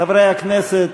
חברי הכנסת,